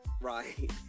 right